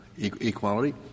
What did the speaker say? equality